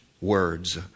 words